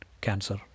cancer